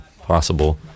possible